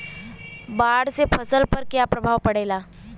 बाढ़ से फसल पर क्या प्रभाव पड़ेला?